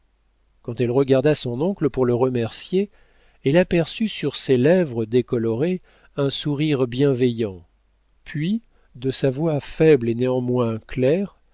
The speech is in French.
quand elle regarda son oncle pour le remercier elle aperçut sur ses lèvres décolorées un sourire bienveillant puis de sa voix faible et néanmoins claire